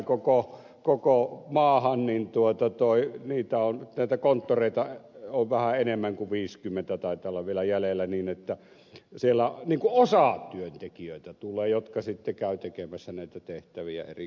jos koko maahan tulee viisikymmentä työntekijää ja näitä konttoreita taitaa olla vähän enemmän kuin viisikymmentä vielä jäljellä niin sinne tulee niin kuin osatyöntekijöitä jotka sitten käyvät tekemässä näitä tehtäviä eri konttoreissa